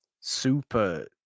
super